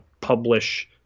publish